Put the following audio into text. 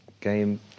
game